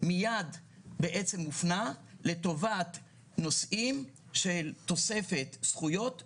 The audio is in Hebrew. מיד הופנה לטובת נושאים של תוספת זכויות לנכים.